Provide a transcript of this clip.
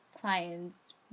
clients